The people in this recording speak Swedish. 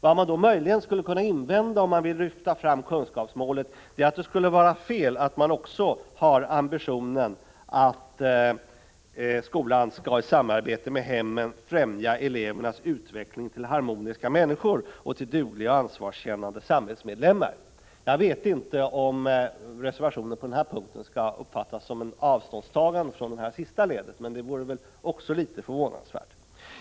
Vill man lyfta fram kunskapsmålet, skulle man möjligen kunna invända att det skulle vara fel att också ha ambitionen att skolan i samarbete med hemmen skall främja elevernas utveckling till harmoniska människor och till dugliga och ansvarskännande samhällsmedlemmar. Jag vet inte om reservationen på denna punkt skall uppfattas som ett avståndstagande från det sistnämnda, men det vore litet förvånande.